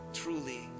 truly